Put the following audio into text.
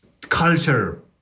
culture